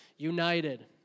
United